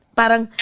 parang